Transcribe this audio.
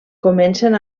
comencen